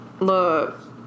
Look